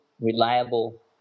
reliable